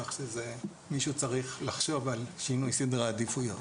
כך שמישהו צריך לחשוב על שינוי סדרי עדיפויות.